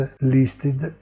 listed